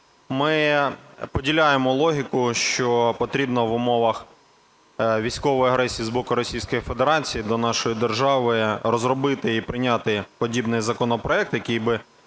Ми поділяємо логіку, що потрібно в умовах військової агресії з боку Російської Федерації до нашої держави розробити і прийняти подібний законопроект, який би…